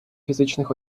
фізичних